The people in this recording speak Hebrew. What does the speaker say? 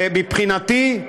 מבחינתי,